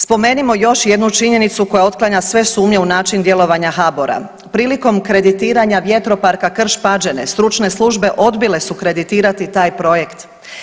Spomenimo još i jednu činjenicu koja otklanja sve sumnje u način djelovanja HBOR-a, prilikom kreditiranja vjetroparka Krš-Pađene, stručne službe odbile su kreditirati taj projekt.